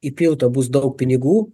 įpilta bus daug pinigų